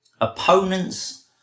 opponents